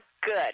good